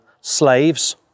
slaves